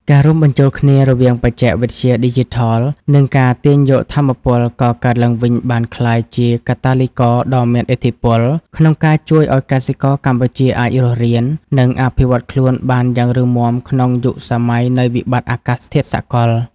ការរួមបញ្ចូលគ្នារវាងបច្ចេកវិទ្យាឌីជីថល និងការទាញយកថាមពលកកើតឡើងវិញ បានក្លាយជាកាតាលីករដ៏មានឥទ្ធិពលក្នុងការជួយឱ្យកសិករកម្ពុជាអាចរស់រាន និងអភិវឌ្ឍខ្លួនបានយ៉ាងរឹងមាំក្នុងយុគសម័យនៃវិបត្តិអាកាសធាតុសកល។